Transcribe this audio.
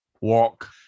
walk